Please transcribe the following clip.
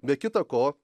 be kita ko